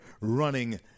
running